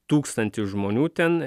tūkstantį žmonių ten